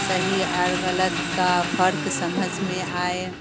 صحیح اور غلط کا فرق سمجھ میں آئے